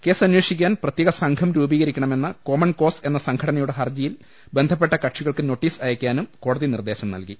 case അന്വേഷിക്കാൻ പ്രത്യേക സംഘം രൂപീകരിക്കണമെന്ന കോമൺ കോസ് എന്ന സംഘടനയുടെ ഹർജിയിൽ ബന്ധപ്പെട്ട കക്ഷികൾക്ക് നോട്ടീസ് അയക്കാനും കോടതി നിർദേശം നൽകി